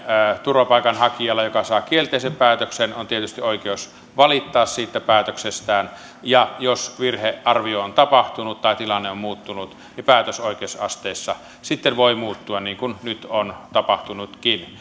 turvapaikanhakijalla joka saa kielteisen päätöksen on tietysti oikeus valittaa siitä päätöksestä jos virhearvio on tapahtunut tai tilanne on muuttunut niin päätös oikeusasteessa sitten voi muuttua niin kuin nyt on tapahtunutkin